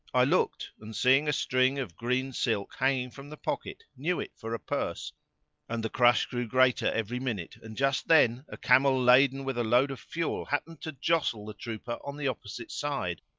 i looked and seeing a string of green silk hanging from the pocket knew it for a purse and the crush grew greater every minute and just then, a camel laden with a load of fuel happened to jostle the trooper on the opposite side,